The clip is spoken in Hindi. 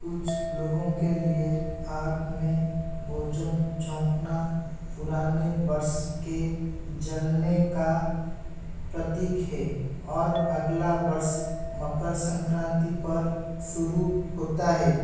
कुछ लोगों के लिए आग में भोजन झोंकना पुराने वर्ष के जलने का प्रतीक है और अगला वर्ष मकर संक्रांति पर शुरू होता है